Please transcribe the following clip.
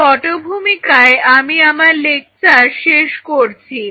এই পটভূমিকায় আমি আমার লেকচার শেষ করছি